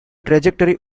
trajectory